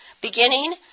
beginning